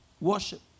Worship